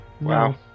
Wow